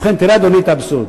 ובכן, תראה, אדוני, את האבסורד.